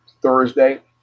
Thursday